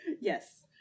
yes